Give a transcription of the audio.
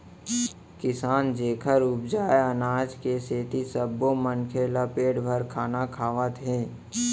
किसान जेखर उपजाए अनाज के सेती सब्बो मनखे ल पेट भर खाना खावत हे